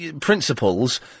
principles